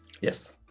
Yes